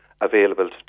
available